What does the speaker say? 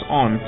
on